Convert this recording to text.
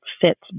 fits